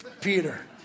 Peter